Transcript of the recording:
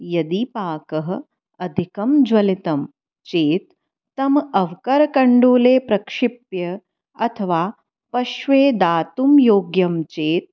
यदि पाकः अधिकं ज्वलितं चेत् तम् अवकरकण्डुले प्रक्षिप्य अथवा पशवे दातुं योग्यञ्चेत्